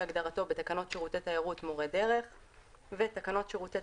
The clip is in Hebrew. כהגדרתו בתקנות שירותי תיירות (מורי דרך); "תקנות שירותי